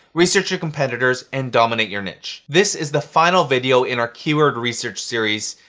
research your competitors and dominate your niche. this is the final video in our keyword research series.